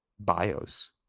bios